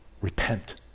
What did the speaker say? repent